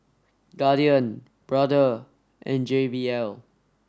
Guardian Brother and J B L